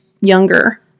younger